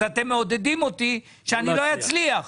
אז אתם מעודדים אותי שאני לא אצליח.